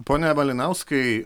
pone malinauskai